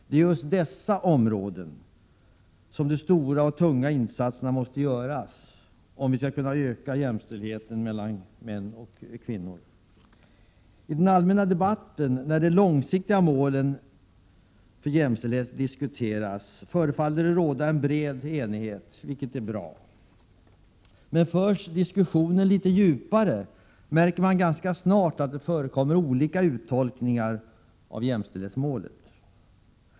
Det är just på dessa områden som de stora och tunga insatserna måste göras om vi skall nå ökad jämställdhet mellan kvinnor och män. I den allmänna debatten, när det långsiktiga målet för jämställdhet diskuteras, förefaller det råda en bred enighet, vilket är bra. Men förs diskussionen litet djupare märker man ganska snart att det förekommer olika uttolkningar av jämställdhetsmålet.